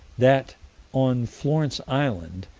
that on florence island,